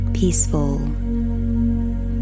peaceful